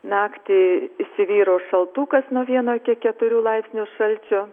naktį įsivyraus šaltukas nuo vieno iki keturių laipsnių šalčio